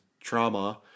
trauma